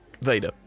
Vader